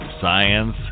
science